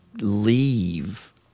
leave